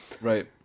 Right